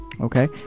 Okay